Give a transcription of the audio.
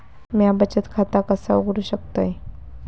म्या बचत खाता कसा उघडू शकतय?